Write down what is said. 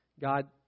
God